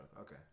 Okay